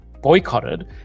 boycotted